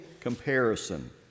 comparison